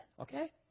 okay